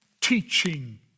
teaching